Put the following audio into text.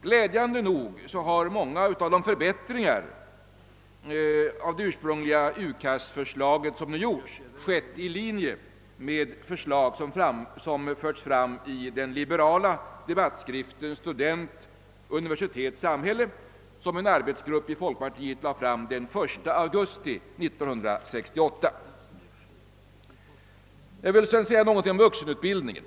Glädjande nog har många av de förbättringar som gjorts av det ursprungliga UKAS-förslaget företagits i linje med förslag som förts fram i den liberala debattskriften »Student — Universitet — Samhälle», som en arbetsgrupp i folkpartiet lade fram den 1 augusti 1968. Jag vill sedan säga några ord om vuxenutbildningen.